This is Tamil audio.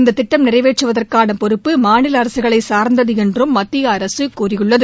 இந்த திட்டம் நிறைவேற்றுவதற்கான பொறுப்பு மாநில அரசுகளை சார்ந்தது என்றும் மத்திய அரசு கூறியுள்ளது